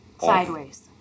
sideways